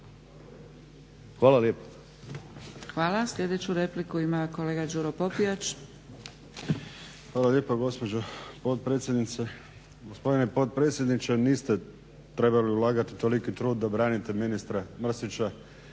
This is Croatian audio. Dragica (SDP)** Hvala. Sljedeću repliku ima kolega Đuro Popijač. **Popijač, Đuro (HDZ)** Hvala lijepa gospođo potpredsjednice. Gospodine potpredsjedniče niste trebali ulagati toliki trud da branite ministra Mrsića,